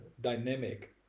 dynamic